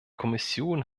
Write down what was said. kommission